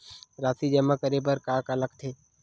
राशि जमा करे बर का का लगथे?